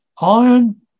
Iron